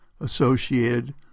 associated